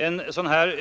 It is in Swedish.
En sådan